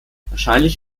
wahrscheinlich